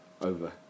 over